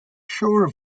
sure